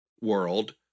world